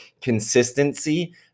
consistency